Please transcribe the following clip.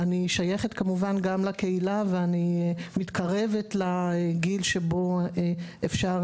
אני שייכת כמובן גם לקהילה ואני מתקרבת לגיל שבו אפשר,